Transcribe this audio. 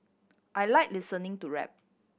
I like listening to rap